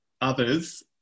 others